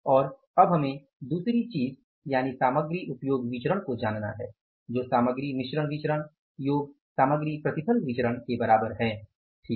और अब हमें दूसरी चीज यानि सामग्री उपयोग विचरण को जानना है जो सामग्री मिश्रण विचरण योग सामग्री प्रतिफल विचरण के बराबर है ठीक है